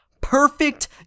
perfect